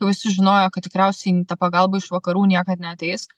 visi žinojo kad tikriausiai ta pagalba iš vakarų niekad neateis